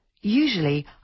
Usually